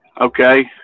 okay